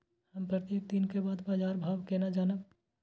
हम प्रत्येक दिन के बाद बाजार भाव केना जानब?